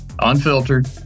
Unfiltered